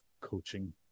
coaching